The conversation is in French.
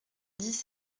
dix